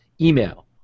email